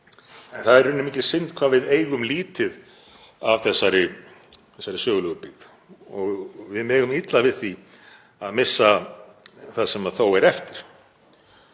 Það er í rauninni mikil synd hvað við eigum lítið af þessari sögulegu byggð og við megum illa við því að missa það sem þó er eftir.